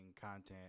content